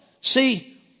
see